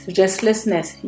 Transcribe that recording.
restlessness